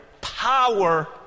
power